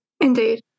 Indeed